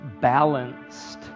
balanced